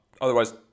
otherwise